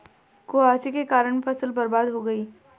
कुहासे के कारण फसल बर्बाद हो गयी